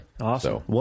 Awesome